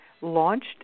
launched